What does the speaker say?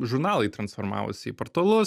žurnalai transformavosi į portalus